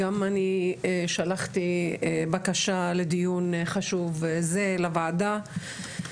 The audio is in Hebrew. גם אני שלחתי בקשה לדיון חשוב זה לוועדה.